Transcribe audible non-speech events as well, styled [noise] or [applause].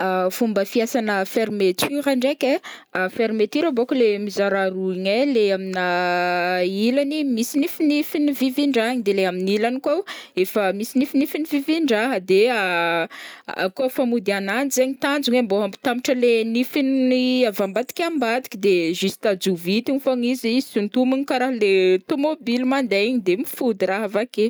[hesitation] Fomba fiasana fermeture ndraiky ai [hesitation] fermeture bôko le mizara roa igny ai le aminà [hesitation] ilany misy nifinifiny vivin-draha igny de le amin'ilany koa efa misy nifinifiny vivin-draha de [hesitation] kaofa amody ananjy zegny tanjony ai mbô ampitambatra le nifiny [hesitation] avy ambadika ambadika de juste jovitina fogna izy sintomina karaha le tomobily mandeha igny de mifody raha avake.